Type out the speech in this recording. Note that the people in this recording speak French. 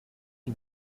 qui